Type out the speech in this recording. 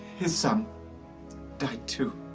his son died too.